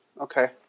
Okay